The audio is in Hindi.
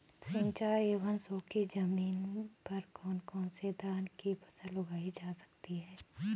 सिंचाई एवं सूखी जमीन पर कौन कौन से धान की फसल उगाई जा सकती है?